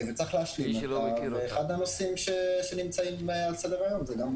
צריך --- ואחד הנושאים שנמצאים על סדר היום זה גם